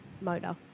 motor